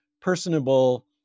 personable